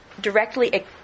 directly